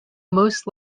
most